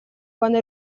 quando